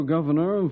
Governor